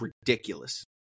ridiculous